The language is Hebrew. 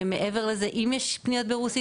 אם יש פניות בשפה הרוסית